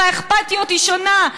והאכפתיות היא שונה.